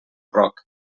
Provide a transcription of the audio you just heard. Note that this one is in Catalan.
roc